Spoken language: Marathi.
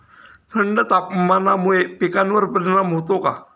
थंड तापमानामुळे पिकांवर परिणाम होतो का?